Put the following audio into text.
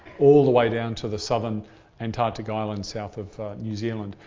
all the way down to the southern antarctic islands south of new zealand.